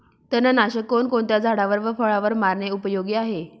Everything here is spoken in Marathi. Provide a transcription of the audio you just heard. तणनाशक कोणकोणत्या झाडावर व फळावर मारणे उपयोगी आहे?